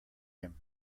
him